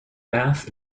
math